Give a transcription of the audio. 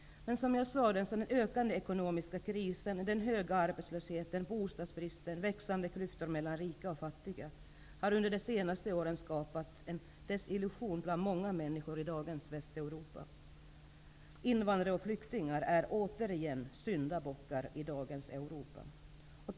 Men som jag sade har den tilltagande ekonomiska krisen, den höga arbetslösheten, bostadsbristen och växande klyftor mellan rika och fattiga under de senaste åren skapat en desillusion bland många människor i dagens Västeuropa. Invandrare och flyktingar är i dagens Europa återigen syndabockar.